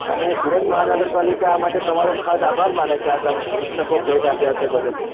અને સુરત મહાનગર પાલિકા આ માટે તમારો ખાસ આભાર માને છે આ તમે પુસ્તકો ભેટ આપ્યા તે બદલ